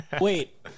Wait